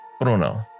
Bruno